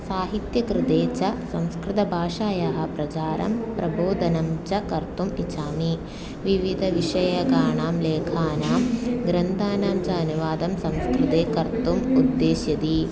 साहित्यकृते च संस्कृतभाषायाः प्रचारं प्रबोधनं च कर्तुम् इच्छामि विविधविषयकाणां लेखानां ग्रन्थानां च अनुवादं संस्कृते कर्तुम् उद्देश्यति